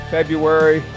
February